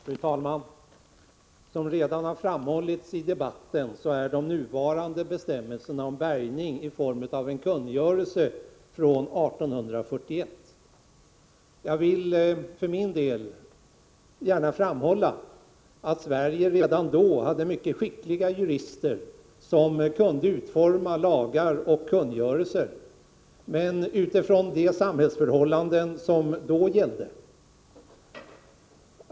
Fru talman! Som redan har framhållits i debatten har de nuvarande bestämmelserna om bärgning formen av en kungörelse från 1841. Jag vill för min del gärna framhålla att Sverige redan då hade mycket skickliga jurister, som kunde utforma lagar och kungörelser, men utifrån de samhällsförhållanden som då gällde.